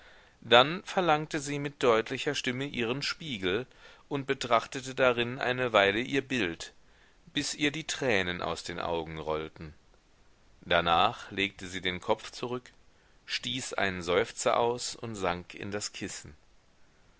dann verlangte sie mit deutlicher stimme ihren spiegel und betrachtete darin eine weile ihr bild bis ihr die tränen aus den augen rollten darnach legte sie den kopf zurück stieß einen seufzer aus und sank in das kissen